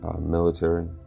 military